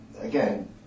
Again